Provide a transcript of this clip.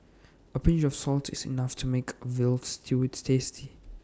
A pinch of salt is enough to make A Veal Stew tasty